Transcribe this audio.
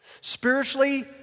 Spiritually